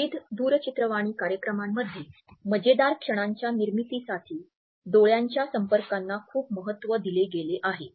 विविध दूरचित्रवाणी कार्यक्रमांमध्ये मजेदार क्षणांच्या निर्मितीसाठी डोळ्याच्या संपर्कांना खूप महत्व दिले गेले आहे